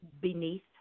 beneath